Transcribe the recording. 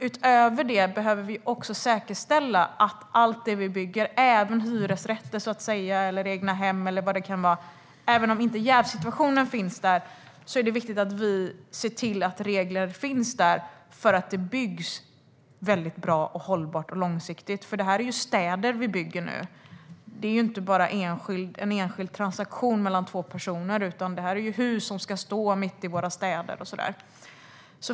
Utöver detta behöver vi också säkerställa att det finns regler för allt som byggs, även för hyresrätter och egnahem där denna jävssituation inte finns, så att det byggs bra, hållbart och långsiktigt. Det är ju städer vi bygger. Det är inte bara en enskild transaktion mellan två personer, utan det är hus som ska stå i våra städer.